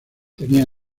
tenía